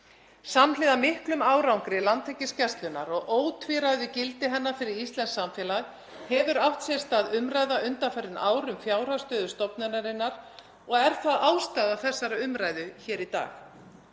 Samhliða miklum árangri Landhelgisgæslunnar og ótvíræðu gildi hennar fyrir íslenskt samfélag hefur átt sér stað umræða undanfarin ár um fjárhagsstöðu stofnunarinnar og er það ástæða þessarar umræðu hér í dag.